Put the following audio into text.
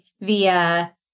via